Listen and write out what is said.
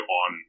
on